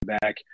back